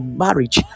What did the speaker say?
marriage